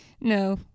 No